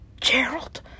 Gerald